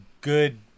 good